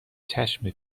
چشم